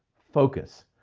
focus.